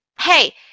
Hey